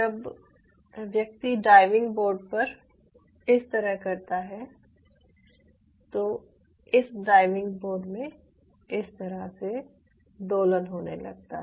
जब व्यक्ति diving board पर इस तरह करता है तो इस डाइविंग बोर्ड में इस तरह से दोलन होने लगता है